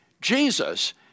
Jesus